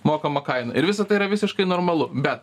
mokama kaina ir visa tai yra visiškai normalu be